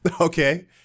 Okay